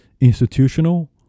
institutional